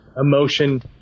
emotion